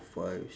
five